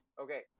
okay